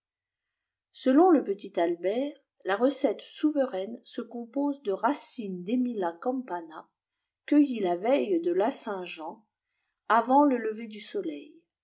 swdn le petit albert la recette souverjilne se compojse de rar cine d'emilacampana cueillie la veille de la saint-jean avantlelever id histoire dbs soeciers du soleil